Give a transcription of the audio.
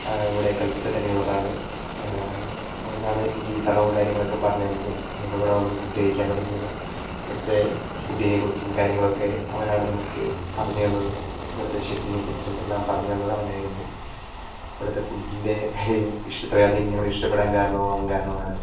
ഇവിടെ കൽപറ്റ തന്നെയുള്ളതാണ് അവനാണ് എനിക്ക് ഈ സ്ഥലവും കാര്യങ്ങളൊക്കെ പറഞ്ഞു തന്നതും ഞങ്ങളിവിടെ വന്ന് ഫുഡ് കഴിക്കാൻ തുടങ്ങിയതും ഇവിടുത്തെ ഫുഡിനെക്കുറിച്ചും കാര്യങ്ങളൊക്കെ അവനാണ് നമുക്ക് പറഞ്ഞു തന്നതും ഇവിടുത്തെ ഷെഫിനെക്കുറിച്ചും എല്ലാം പറഞ്ഞു തന്നത് അവനായിരുന്നു ഇവിടുത്തെ ഫുഡിൻ്റെ ഇത്രയുമധികം ഞങ്ങൾ ഇഷ്ടപ്പെടാൻ കാരണവും അവൻ കാരണമാണ്